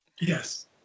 Yes